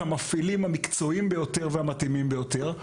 המפעילים המקצועיים ביותר והמתאימים ביותר,